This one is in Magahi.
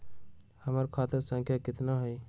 हमर खाता संख्या केतना हई?